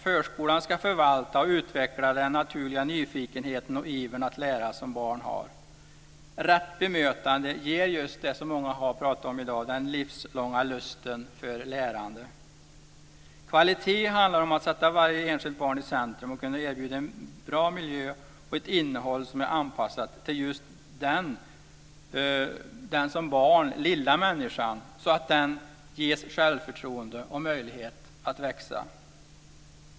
Förskolan ska förvalta och utveckla den naturliga nyfikenheten och ivern att lära som barn har. Rätt bemötande ger just det som många har pratat om i dag, den livslånga lusten för lärande. Kvalitet handlar om att sätta varje enskilt barn i centrum och kunna erbjuda en bra miljö och ett innehåll som är anpassat till just den som barn lilla människan så att den ges självförtroende och möjlighet att växa.